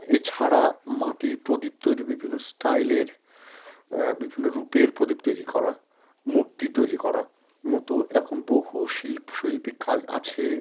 এছাড়া মাটির প্রদীপ তৈরি বিভিন্ন স্টাইলের বিভিন্ন রূপের প্রদীপ তৈরি করা মূর্তি তৈরি করার মতো এরকম বহু শৈল্পিক কাজ আছে